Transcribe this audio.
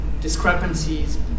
discrepancies